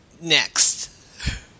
Next